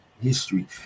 history